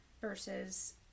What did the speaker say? Versus